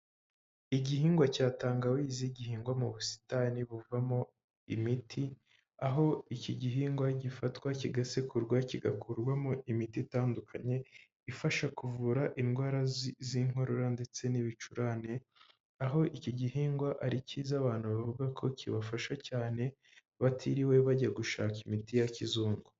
Igihingwa cya tangawizi gihingwa mu busitani buvamo imiti, aho iki gihingwa gifatwa kigasekurwa kigakurwamo imiti itandukanye, ifasha kuvura indwara z'inkorora ndetse n'ibicurane, aho iki gihingwa ari cyiza abantu bavuga ko kibafasha cyane, batiriwe bajya gushaka imiti ya kizungu.